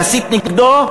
להסית נגדו,